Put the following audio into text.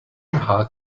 hung